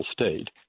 state